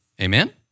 Amen